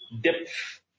depth